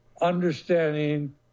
understanding